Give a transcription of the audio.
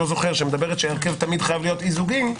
זוכר - שאומרת שההרכב חייב להיות תמיד אי זוגי,